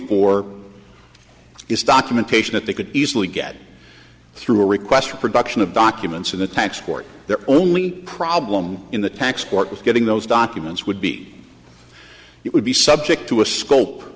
for is documentation that they could easily get through a request for production of documents in the tax court their only problem in the tax court was getting those documents would be it would be subject to a scope